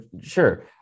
sure